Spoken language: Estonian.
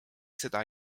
seda